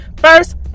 first